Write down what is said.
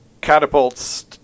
catapults